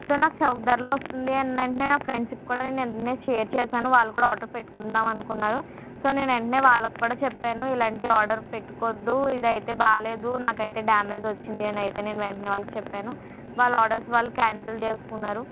so నాకు చౌకధరలో వస్తుందని వెంటనే ఫ్రెండ్స్కి కూడా షేర్ చేసాను వాళ్ళు కూడా ఆర్డర్ పెట్టుకుందామని అనుకున్నారు సో వెంటనే వాళ్ళకు కూడా చెప్పాను ఇలాంటి ఆర్డర్ పెట్టుకోవద్దు ఇది అయితే బాగోలేదు నాకు అయితే డ్యామేజ్ వచ్చింది అని అయితే నేను వెంటనే వాళ్ళకు చెప్పాను వాళ్ళ ఆర్డర్స్ వాళ్ళు క్యాన్సల్ చేసుకున్నారు